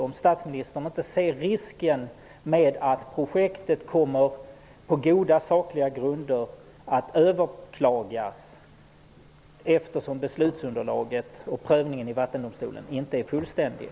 Ser statsministern någon risk för att projektet på goda sakliga grunder kommer att överklagas, eftersom beslutsunderlaget och prövningen i Vattendomstolen inte är fullständigt.